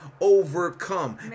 overcome